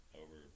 over